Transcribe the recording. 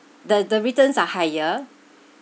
the the returns are higher